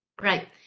Right